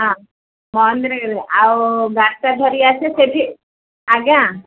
ହଁ ମହେନ୍ଦ୍ରଗିରିରେ ଆଉ ଡାଟା ଧରି ଆସି ସେଠି ଆଜ୍ଞା